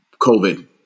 COVID